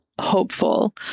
hopeful